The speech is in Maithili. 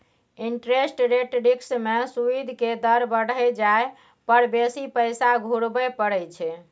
इंटरेस्ट रेट रिस्क में सूइद के दर बइढ़ जाइ पर बेशी पैसा घुरबइ पड़इ छइ